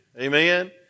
Amen